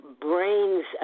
brain's